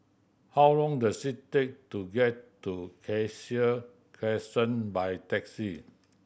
how long does it take to get to Cassia Crescent by taxi